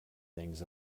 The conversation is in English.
things